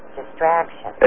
distraction